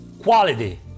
quality